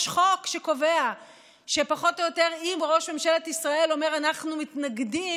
יש חוק שקובע שפחות או יותר אם ראש ממשלת ישראל אומר: אנחנו מתנגדים,